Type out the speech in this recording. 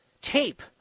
tape